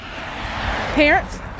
parents